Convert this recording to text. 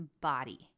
body